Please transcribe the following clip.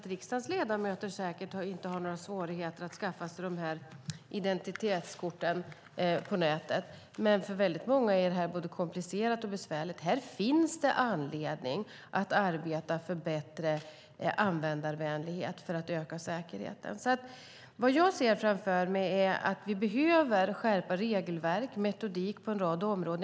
Riksdagens ledamöter har säkert inga svårigheter med att skaffa sig dessa identitetskort på nätet, men för väldigt många är det både komplicerat och besvärligt. Här finns det anledning att arbeta för bättre användarvänlighet för att öka säkerheten. Jag ser framför mig att vi behöver skärpa regelverk och metodik på en rad områden.